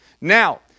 Now